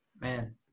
Man